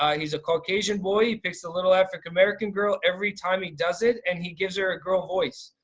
um he's a caucasian boy, he picks a little african american girl every time he does it and he gives her a girl voice.